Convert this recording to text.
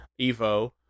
EVO